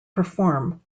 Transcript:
perform